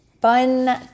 fun